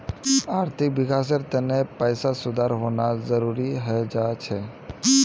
आर्थिक विकासेर तने पैसात सुधार होना जरुरी हय जा छे